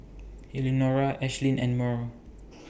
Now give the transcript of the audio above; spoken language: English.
Elenora Ashlynn and Murl